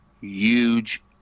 huge